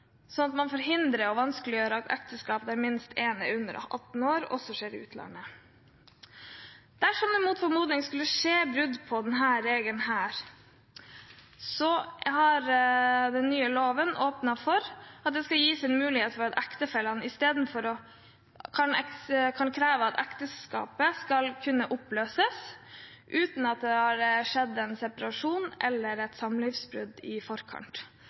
utlandet. Dersom det mot formodning skulle skje brudd på denne regelen, har den nye loven åpnet for at det gis hver av ektefellene en rett til å kreve at ekteskapet skal kunne oppløses uten at det har vært en separasjon eller et samlivsbrudd i forkant.